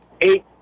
eight